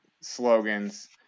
slogans